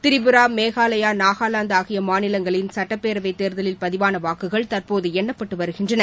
திரிபுரா மேகாலயா நாகாலாந்து ஆகிய மாநிலங்களின் சட்டப்பேரவைத் தேர்தலில் பதிவான வாக்குகள் தற்போது எண்ணப்பட்டு வருகின்றன